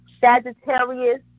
Sagittarius